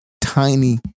tiny